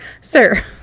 Sir